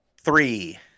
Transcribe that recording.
Three